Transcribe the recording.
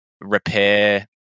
repair